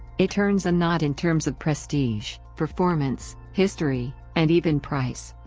it earns a nod in terms of prestige, performance, history, and even price.